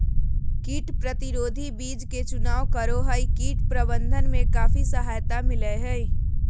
कीट प्रतिरोधी बीज के चुनाव करो हइ, कीट प्रबंधन में काफी सहायता मिलैय हइ